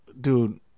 dude